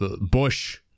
bush